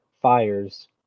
fires